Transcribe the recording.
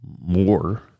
more